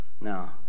No